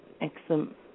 Excellent